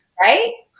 right